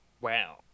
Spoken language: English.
Wow